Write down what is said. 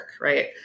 Right